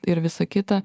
ir visa kita